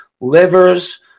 livers